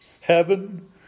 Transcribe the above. heaven